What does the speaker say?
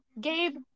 Gabe